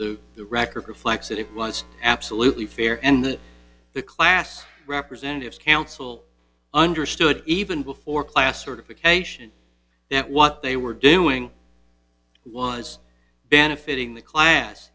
the record reflects that it was absolutely fair and that the class representatives counsel understood even before class sort of occasion that what they were doing was benefiting the cla